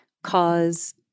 Cause